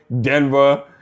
Denver